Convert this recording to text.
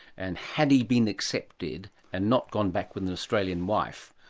and had he been accepted and not gone back with an australian wife,